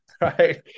Right